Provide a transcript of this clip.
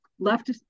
Left